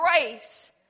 grace